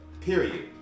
Period